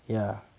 yeah